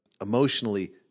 emotionally